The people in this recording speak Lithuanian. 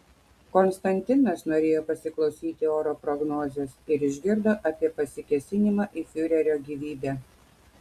konstantinas norėjo pasiklausyti oro prognozės ir išgirdo apie pasikėsinimą į fiurerio gyvybę